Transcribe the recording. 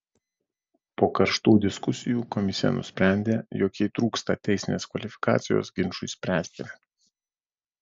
po karštų diskusijų komisija nusprendė jog jai trūksta teisinės kvalifikacijos ginčui spręsti